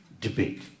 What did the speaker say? debate